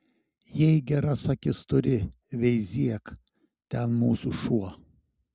jei geras akis turi veizėk ten mūsų šuo